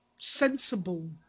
sensible